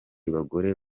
bagore